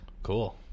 Cool